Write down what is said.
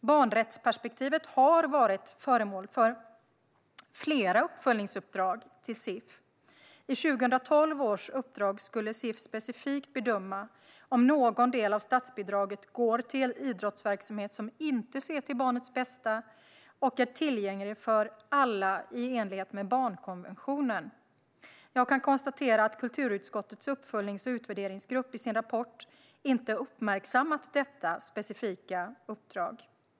Barnrättsperspektivet har varit föremål för flera uppföljningsuppdrag till CIF. I 2012 års uppdrag skulle CIF specifikt bedöma om någon del av statsbidraget går till idrottsverksamhet som inte ser till barnets bästa och inte är tillgänglig för alla i enlighet med barnkonventionen. Jag kan konstatera att kulturutskottets uppföljnings och utvärderingsgrupp i sin rapport inte har uppmärksammat detta specifika uppdrag.